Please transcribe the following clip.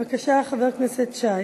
בבקשה, חבר הכנסת שי.